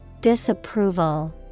Disapproval